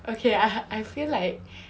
okay I I feel like